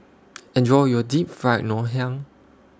Enjoy your Deep Fried Ngoh Hiang